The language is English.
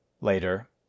Later